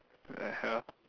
what the hell